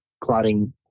clotting